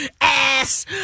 Ass